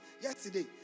yesterday